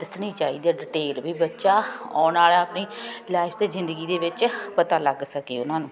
ਦੱਸਣੀ ਚਾਹੀਦੀ ਆ ਡਿਟੇਲ ਵੀ ਬੱਚਾ ਆਉਣ ਵਾਲਾ ਆਪਣੀ ਲਾਈਫ ਅਤੇ ਜ਼ਿੰਦਗੀ ਦੇ ਵਿੱਚ ਪਤਾ ਲੱਗ ਸਕੇ ਉਹਨਾਂ ਨੂੰ